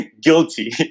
Guilty